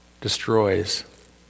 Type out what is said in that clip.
destroys